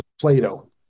Plato